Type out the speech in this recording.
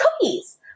cookies